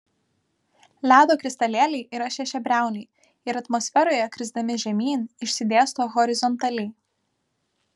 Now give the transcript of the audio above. ledo kristalėliai yra šešiabriauniai ir atmosferoje krisdami žemyn išsidėsto horizontaliai